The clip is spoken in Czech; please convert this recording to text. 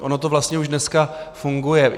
Ono to vlastně už dneska funguje.